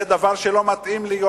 זה דבר שלא מתאים להיות